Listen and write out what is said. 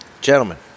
gentlemen